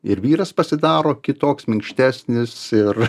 ir vyras pasidaro kitoks minkštesnis ir